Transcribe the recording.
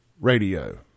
radio